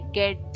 get